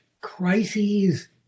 crises